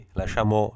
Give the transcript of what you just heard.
lasciamo